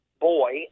boy